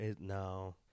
No